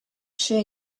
share